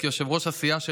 כיושב-ראש הסיעה שלנו,